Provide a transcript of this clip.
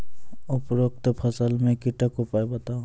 उपरोक्त फसल मे कीटक उपाय बताऊ?